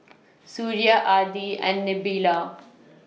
Suria Adi and Nabila